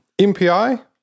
MPI